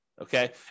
okay